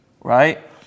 Right